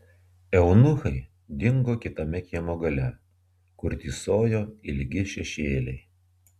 eunuchai dingo kitame kiemo gale kur tįsojo ilgi šešėliai